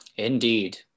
Indeed